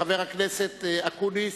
חבר הכנסת אקוניס,